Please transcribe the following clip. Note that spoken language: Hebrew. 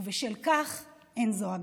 ובשל כך אין זו אגדה.